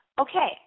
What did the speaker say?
okay